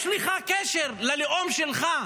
יש לך קשר ללאום שלך,